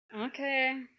Okay